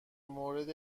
مورد